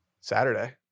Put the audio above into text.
Saturday